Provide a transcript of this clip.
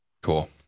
Cool